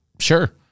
Sure